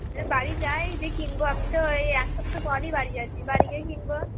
বাড়ি যাই দিয়ে কিনব আমি তো এই এক সপ্তাহ পরই বাড়ি যাচ্ছি বাড়ি গিয়ে কিনব